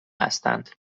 هستند